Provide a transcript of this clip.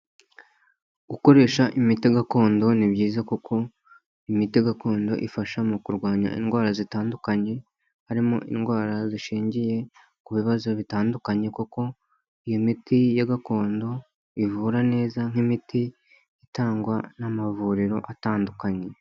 Gukoresha imiti gakondo ni byiza kuko imiti gakondo ifasha mu kurwanya indwara zitandukanye, harimo indwara zishingiye ku bibazo bitandukanye, kuko iyo miti ya gakondo ivura neza nk'imiti itangwa n'amavuriro atandukanye.